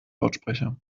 lautsprecher